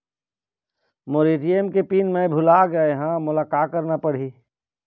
मोर ATM के PIN मैं भुला गैर ह, मोला का करना पढ़ही?